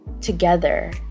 together